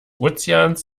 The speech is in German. ozeans